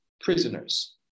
prisoners